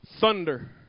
Thunder